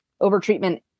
over-treatment